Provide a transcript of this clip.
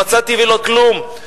ולא מצאתי ולא כלום,